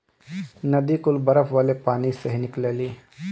नदी कुल बरफ वाले पानी से ही निकलेली